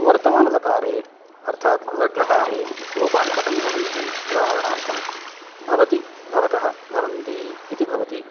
वर्तमानलकारे अर्थात् लट्लकारे रूपाणि कथं भवन्ति उदाहरणार्थं भवति भवतः भवन्ति इति भवति